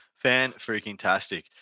Fan-freaking-tastic